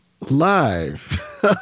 live